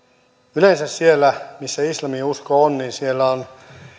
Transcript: yleensä siellä missä islaminuskoa on